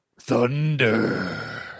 thunder